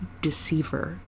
Deceiver